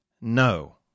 No